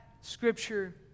scripture